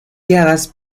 guiadas